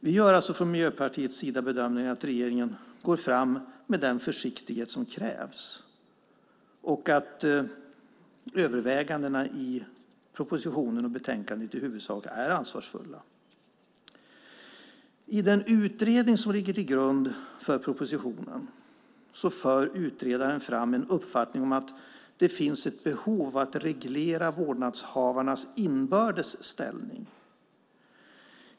Vi gör alltså från Miljöpartiets sida bedömningen att regeringen går fram med den försiktighet som krävs och att övervägandena i propositionen och betänkandet i huvudsak är ansvarsfulla. I den utredning som ligger till grund för propositionen för utredaren fram en uppfattning om att det finns ett behov av att reglera vårdnadshavarnas inbördes ställning.